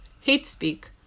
hate-speak